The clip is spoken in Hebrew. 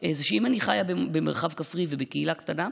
היא שאם אני חיה במרחב כפרי ובקהילה קטנה,